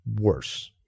worse